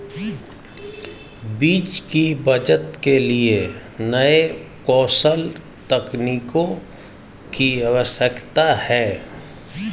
बीज की बचत के लिए नए कौशल तकनीकों की आवश्यकता है